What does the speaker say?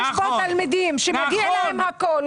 יש פה תלמידים שמגיע להם הכול,